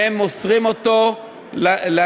והם מוסרים אותו לנאשם.